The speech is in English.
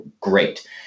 great